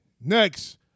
next